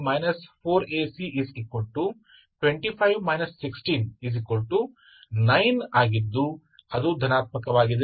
ಹೀಗಾಗಿ B2 4AC25 169 ಆಗಿದ್ದು ಅದು ಧನಾತ್ಮಕವಾಗಿದೆ